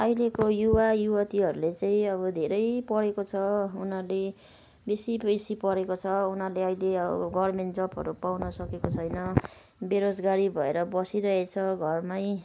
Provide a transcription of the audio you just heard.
अहिलेको युवा युवतीहरूले चाहिँ अब धेरै पढेको छ उनीहरूले बेसी बेसी पढेको छ उनीहरूले अहिले अब गभर्मेन्ट जबहरू पाउन सकेको छैन बेरोजगारी भएर बसिरहेछ घरमै